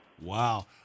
Wow